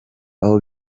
aho